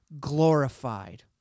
glorified